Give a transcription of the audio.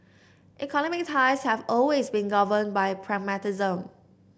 economic ties have always been governed by pragmatism